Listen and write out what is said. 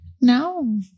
No